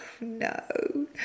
no